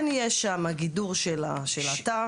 כן יש שם גידור של האתר,